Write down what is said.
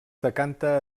decanta